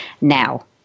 now